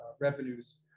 Revenues